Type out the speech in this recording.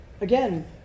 Again